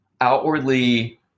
outwardly